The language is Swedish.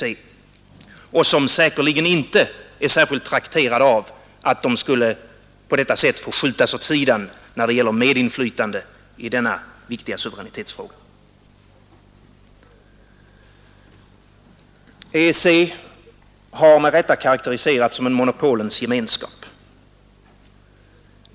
De senare är säkerligen inte särskilt trakterade av att de på detta sätt skulle skjutas åt sidan när det gäller medinflytande i denna viktiga suveränitetsfråga. EEC har med rätta karakteriserats som en monopolens gemenskap.